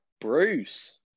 Bruce